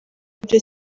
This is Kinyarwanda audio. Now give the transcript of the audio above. byo